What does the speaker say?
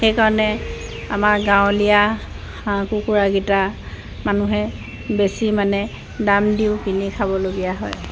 সেইকাৰণে আমাৰ গাঁৱলীয়া হাঁহ কুকুৰাকেইটা মানুহে বেছি মানে দাম দিও কিনি খাবলগীয়া হয়